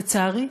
לצערי,